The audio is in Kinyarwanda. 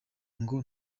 ngo